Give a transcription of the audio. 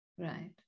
Right